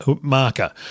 marker